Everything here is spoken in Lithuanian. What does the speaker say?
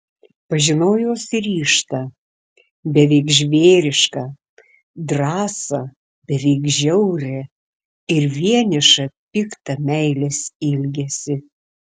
pažinau jos ryžtą beveik žvėrišką drąsą beveik žiaurią ir vienišą piktą meilės ilgesį